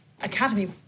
Academy